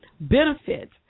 benefit